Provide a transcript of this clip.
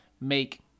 make